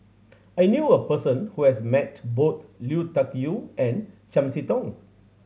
I knew a person who has met both Lui Tuck Yew and Chiam See Tong